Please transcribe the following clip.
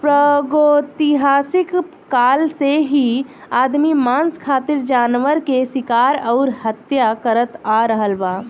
प्रागैतिहासिक काल से ही आदमी मांस खातिर जानवर के शिकार अउरी हत्या करत आ रहल बा